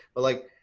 but like